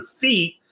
feet